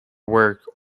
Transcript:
work